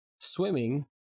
Swimming